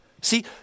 See